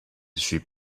suit